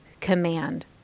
command